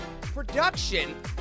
Production